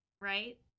right